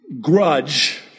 grudge